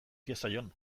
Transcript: diezaion